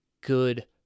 good